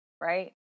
right